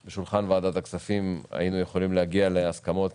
היינו יכולים להגיע להסכמות,